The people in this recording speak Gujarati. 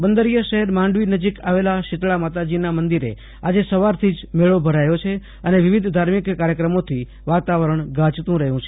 બંદરીય શહેર માંડવી ખાતે આવેલા શીતલા માતાજીના મંદિરે આજે સવારથી જ મેળો ભરાયો છે અને વિવિધ ધાર્મિક કાર્ચક્રમોથી વાતાવરણ ગાજતું રહયું છે